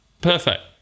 perfect